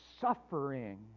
suffering